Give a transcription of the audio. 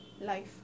life